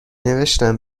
نوشتم